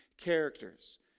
characters